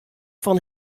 fan